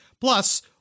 Plus